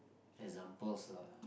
examples lah